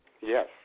Yes